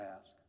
ask